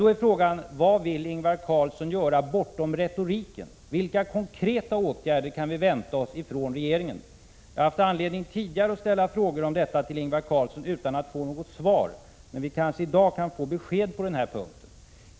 Då är frågan: Vad vill Ingvar Carlsson göra bortom retoriken? Vilka konkreta åtgärder kan vi vänta oss från regeringen? Jag har tidigare haft anledning att ställa frågor om detta till Ingvar Carlsson, utan att få något svar. Men vi kan kanske i dag få besked på den här punkten.